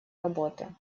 работы